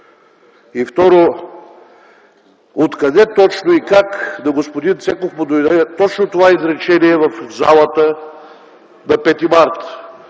И второто е: откъде точно и как на господин Цеков му дойде точно това изречение в залата на 5 март?